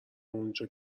اونجا